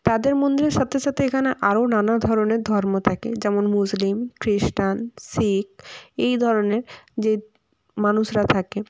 তাদের মন্দিরের সাথে সাথে এখানে আরও নানা ধরনের ধর্ম থাকে যেমন মুসলিম খ্রিস্টান শিখ এই ধরনের যে মানুষরা থাকে